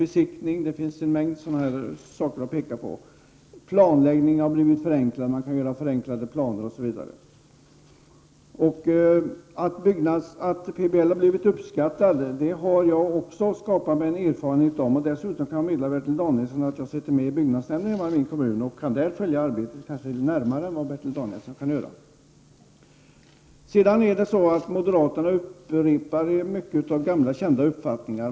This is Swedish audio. Planläggningen har också blivit förenklad. Att PBL har blivit uppskattad har jag grundat på erfarenheter. Dessutom kan jag meddela Bertil Danielsson att jag sitter i byggnadsnämnden i min kommun och kan där följa arbetet närmare än vad Bertil Danielsson kanske kan göra. Moderaterna upprepar många gamla kända uppfattningar.